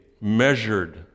measured